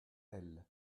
elle